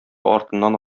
артыннан